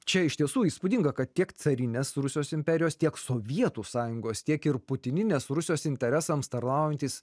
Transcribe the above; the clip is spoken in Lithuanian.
čia iš tiesų įspūdinga kad tiek carinės rusijos imperijos tiek sovietų sąjungos tiek ir putininės rusijos interesams tarnaujantys